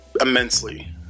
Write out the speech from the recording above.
immensely